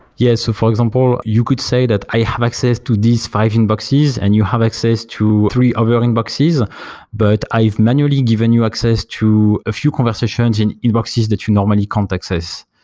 yes. for example, you could say that i have access to these five inboxes and you have access to three of your inboxes, ah but i've manually given you access to a few conversations in inboxes that you normally contact us.